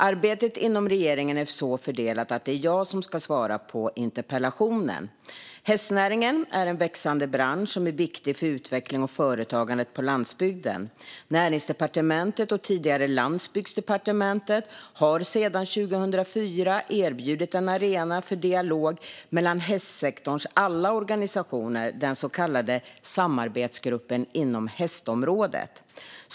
Arbetet inom regeringen är så fördelat att det är jag som ska svara på interpellationen. Hästnäringen är en växande bransch som är viktig för utvecklingen och företagandet på landsbygden. Näringsdepartementet och tidigare Landsbygdsdepartementet har sedan 2004 erbjudit en arena för dialog mellan hästsektorns alla organisationer, den så kallade samarbetsgruppen inom hästområdet.